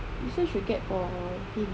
this [one] should get for him